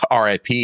RIP